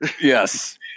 Yes